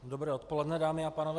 Dobré odpoledne, dámy a pánové.